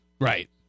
Right